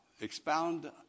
expound